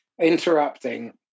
interrupting